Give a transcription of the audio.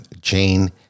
Jane